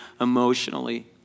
emotionally